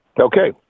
Okay